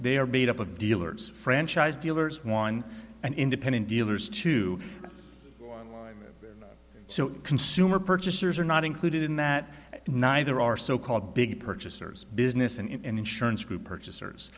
they are made up of dealers franchise dealers and independent dealers too so consumer purchasers are not included in that neither are so called big purchasers business and insurance group purchasers